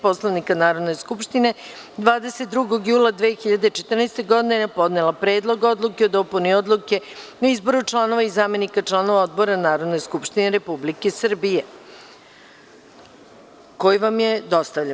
Poslovnika Narodne skupštine, 22. jula 2014. godine, podnela Predlog odluke o dopuni Odluke o izboru članova i zamenika članova odbora Narodne skupštine Republike Srbije, koji vam je dostavljen.